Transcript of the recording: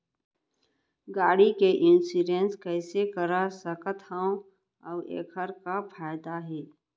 गाड़ी के इन्श्योरेन्स कइसे करा सकत हवं अऊ एखर का फायदा हे?